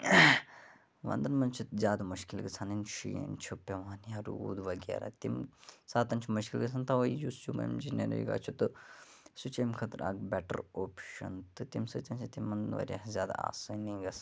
وَندَن مَنٛز چھُ زیادٕ مُشکِل گَژھان ییٚلہِ شیٖن چھُ پیٚوان یا روٗد وَغیرہ تِم ساتہٕ چھُ مُشکِل گَژھان تَوے یُس چھُ ایٚم جی نَریگا چھُ تہٕ سُہ چھُ امہ خٲطرٕ اکھ بیٚٹَر اوپشَن تہٕ تمہِ سۭتۍ چھِ تِمَن واریاہ زیادٕ آسٲنی گَژھان